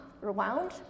rewound